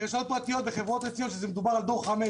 יש פה רשתות פרטיות בחברות הצל שזה דור חמש.